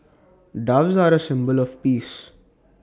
doves are A symbol of peace